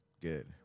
good